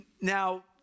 Now